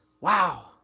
Wow